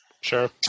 Sure